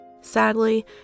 Sadly